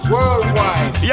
Worldwide